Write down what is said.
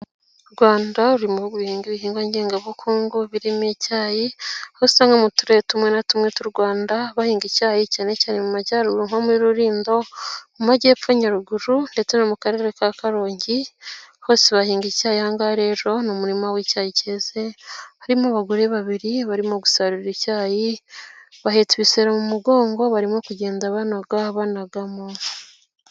u Rwanda ruri mu bihugu bihinga ibihingwa ngengabukungu birimo icyayi, aho usanga nko mu turere tumwe na tumwe tw'u Rwanda bahinga icyayi, cyane cyane mu majyaruguru nko muri rulindo, mu majyepfo nyaruguru ndetse no mu karere ka karongi, hose bahinga icyayi, ahangaha rero ni mu murima w'icyayi, harimo abagore babiri barimo gusarura icyayi, bahetse ibisero mu mugongo barimo kugenda banaga banagamo.